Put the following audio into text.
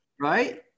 Right